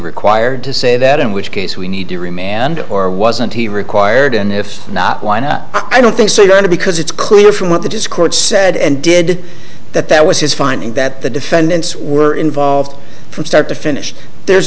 required to say that in which case we need to re mandate or wasn't he required and if not why not i don't think so your honor because it's clear from what the dischord said and did that that was his finding that the defendants were involved from start to finish there's